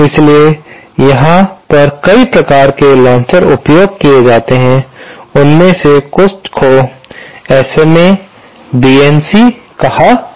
इसलिए यहां पर कई प्रकार के लांचर उपयोग किए जाते हैं हैं उनमें से कुछ को एसएमए बीएनसी कहा जाता है